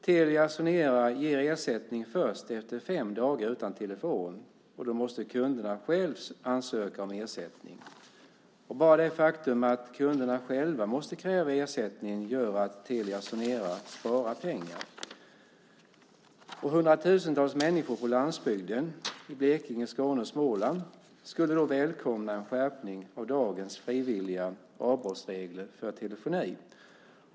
Telia Sonera ger ersättning först efter fem dagar utan telefon, och då måste kunderna själva ansöka om ersättning. Bara det faktum att kunderna själva måste kräva ersättning gör att Telia Sonera sparar pengar. Hundratusentals människor på landsbygden i Blekinge, Skåne och Småland skulle välkomna en skärpning av dagens frivilliga avbrottsregler för telefoni.